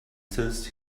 sensed